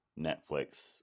Netflix